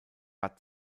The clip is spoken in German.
war